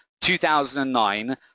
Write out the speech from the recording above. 2009